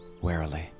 warily